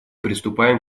приступаем